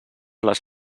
les